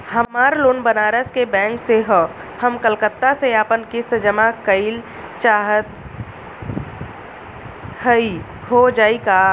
हमार लोन बनारस के बैंक से ह हम कलकत्ता से आपन किस्त जमा कइल चाहत हई हो जाई का?